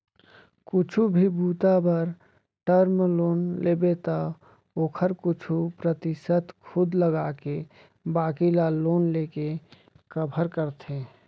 कुछु भी बूता बर टर्म लोन लेबे त ओखर कुछु परतिसत खुद लगाके बाकी ल लोन लेके कभर करथे